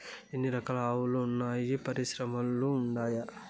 ఎన్ని రకాలు ఆవులు వున్నాయి పరిశ్రమలు ఉండాయా?